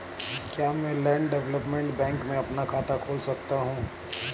क्या मैं land development bank में अपना खाता खोल सकता हूँ?